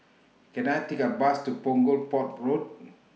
Can I Take A Bus to Punggol Port Road